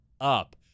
up